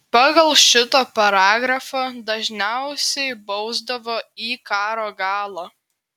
pagal šitą paragrafą dažniausiai bausdavo į karo galą